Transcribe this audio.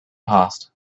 passed